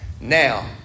Now